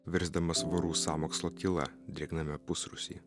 virsdamas vorų sąmokslo tyla drėgname pusrūsyje